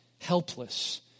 Helpless